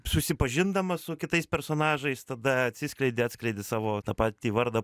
susipažindamas su kitais personažais tada atsiskleidi atskleidi savo tą patį vardą